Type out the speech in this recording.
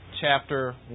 chapter